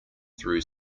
through